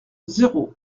zéro